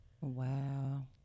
Wow